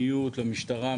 המשטרה,